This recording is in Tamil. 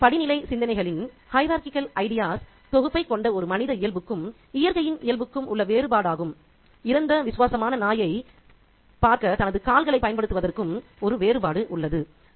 மனதில் படிநிலை சிந்தனைகளின் தொகுப்பைக் கொண்ட ஒரு மனித இயல்புக்கும் இயற்கையின் இயல்புக்கும் உள்ள வேறுபாடாகும் இறந்த விசுவாசமான நாயைப் பார்க்க தனது கால்களைப் பயன்படுத்துவதற்கும் ஒரு வேறுபாடு உள்ளது